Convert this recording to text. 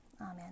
Amen